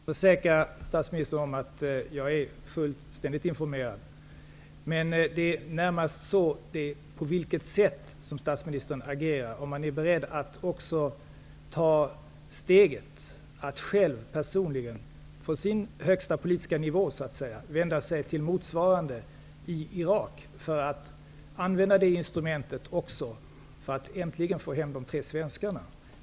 Herr talman! Jag kan försäkra statsministern att jag är fullständigt informerad. Min fråga gällde närmast på vilket sätt statsministern agerar, om han är beredd att också ta steget att personligen -- på högsta politiska nivå så att säga -- vända sig till motsvarande i Irak, för att använda också det instrumentet för att äntligen få hem de tre svenskarna.